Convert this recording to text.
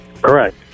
Correct